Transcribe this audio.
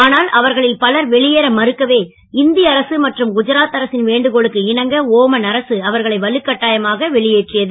ஆனால் அவர்களில் பலர் வெளியேற மறுக்கவே இந்திய அரசு மற்றும் குஜராத் அரசின் வேண்டுகோளுக்கு இணங்க ஒமன் அரசு அவர்களை வலு கட்டாயமாக வெளியேற்றியது